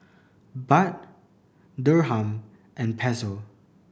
Baht Dirham and Peso